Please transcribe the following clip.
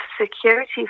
security